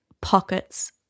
pockets